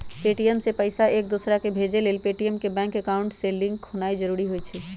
Paytm से पईसा एकदोसराकेँ भेजे लेल पेटीएम के बैंक अकांउट से लिंक होनाइ जरूरी होइ छइ